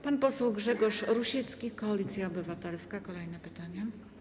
Pan poseł Grzegorz Rusiecki, Koalicja Obywatelska, kolejne pytanie.